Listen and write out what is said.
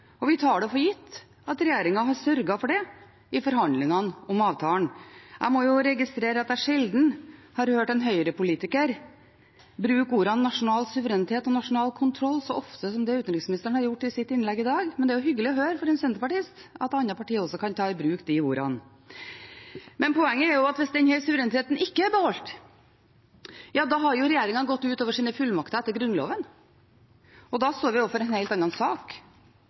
og vi tar det for gitt at regjeringen har sørget for det i forhandlingene om avtalen. Jeg må registrere at jeg sjelden har hørt en Høyre-politiker bruke ordene nasjonal suverenitet og nasjonal kontroll så ofte som utenriksministeren gjorde i sitt innlegg i dag, men det er jo hyggelig for en senterpartist å høre at andre partier også kan ta i bruk de ordene. Poenget er at hvis denne suvereniteten ikke er beholdt, har regjeringen gått utover sine fullmakter etter Grunnloven. Da står vi overfor en helt annen sak, for det er nemlig regjeringens ansvar å sørge for at skillet mellom en mellomstatlig avtale og